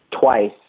twice